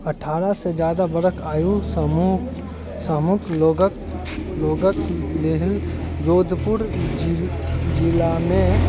अठारहसँ जादा बरख आयु समूह समूहक लोगक लोगक लेल जोधपुर जिलामे